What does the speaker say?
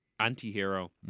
anti-hero